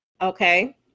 Okay